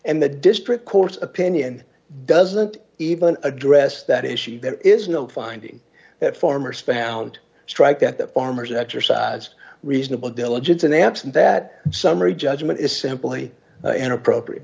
and the district court's opinion doesn't even address that issue there is no finding that farmer span and strike at that farmers exercise reasonable diligence and absent that summary judgment is simply inappropriate